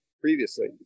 previously